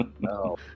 No